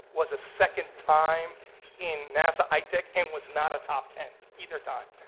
was a second time in nasa itech and was not a top ten either time.